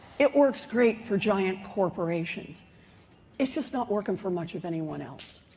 it works great for giant corporations it's just not working for much of anyone else.